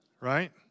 right